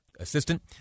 assistant